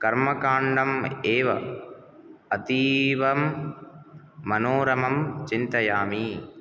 कर्मकाण्डम् एव अतीवमनोरमम् चिन्तयामि